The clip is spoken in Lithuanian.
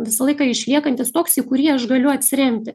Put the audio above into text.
visą laiką išliekantis toks į kurį aš galiu atsiremti